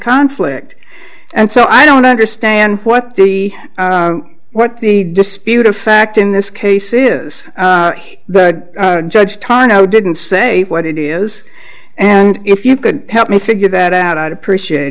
conflict and so i don't understand what the what the disputed fact in this case is but judge tarnow didn't say what it is and if you could help me figure that out i'd appreciate